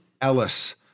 ellis